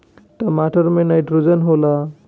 टमाटर मे नाइट्रोजन होला?